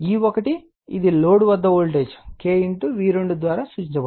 ఇది E1 ఇది load వద్ద వోల్టేజ్ K V2 ద్వారా సూచించబడుతుంది